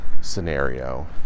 scenario